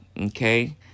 Okay